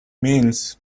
means